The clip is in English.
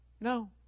No